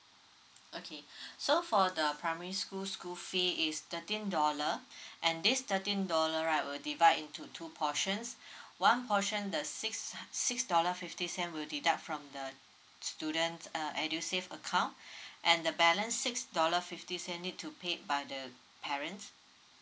okay so for the primary school school fee is thirteen dollar and this thirteen dollar right we'll divide into two portions one portion the six h~ six dollar fifty cent we'll deduct from the student's uh edusave account and the balance six dollar fifty cent need to paid by the parent